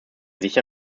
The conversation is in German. sicher